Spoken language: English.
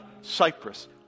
Cyprus